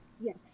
Yes